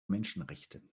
menschenrechte